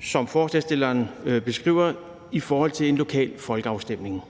som forslagsstillerne skriver, med en lokal folkeafstemning.